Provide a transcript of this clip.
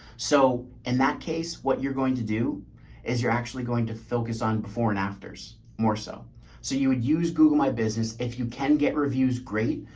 so in and that case, what you're going to do is you're actually going to focus on before and afters more so. so you would use google my business. if you can get reviews, great,